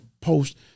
post